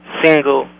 single